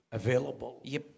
available